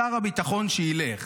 ששר הביטחון ילך